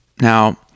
Now